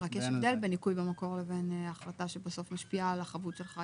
רק יש הבדל בין ניכוי במקור לבין החלטה שבסוף משפיעה על החבות שלך.